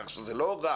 כך שזה לא רק